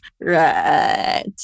Right